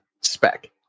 spec